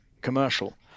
commercial